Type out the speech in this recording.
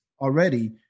already